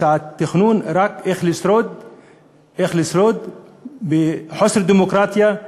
יש תכנון רק איך לשרוד בחוסר דמוקרטיה,